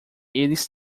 eles